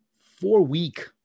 four-week